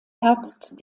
herbst